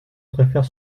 préfère